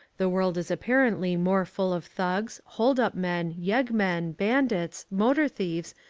the world is apparently more full of thugs, hold-up men, yeg-men, bandits, motor-thieves,